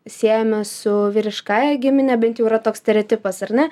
siejame su vyriškąja gimine bent jau yra toks stereotipas ar ne